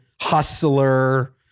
hustler